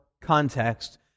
context